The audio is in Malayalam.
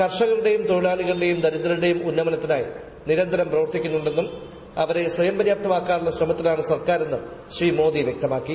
കർഷകരുടെയും തൊഴിലാളികളുടെയും ദരിദ്രരുടെയും ഉന്നമനത്തിനായി നിരന്തരം പ്രവർത്തിക്കുന്നുണ്ടെന്നും അവരെ സ്വയം പര്യാപ്തമാക്കാനുള്ള ശ്രമത്തിലാണ് സർക്കാരെന്നും ശ്രീ മോദി വ്യക്തമാക്കി